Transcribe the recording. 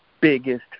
biggest